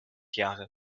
jahre